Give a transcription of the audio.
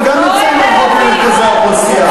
הם גם נמצאים רחוק ממרכזי האוכלוסייה.